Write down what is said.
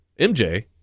MJ